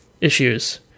issues